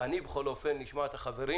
כפי שנהוג, אני אשמע את החברים.